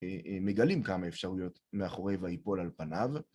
מגלים כמה אפשרויות מאחורי ויפול על פניו.